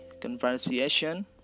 conversation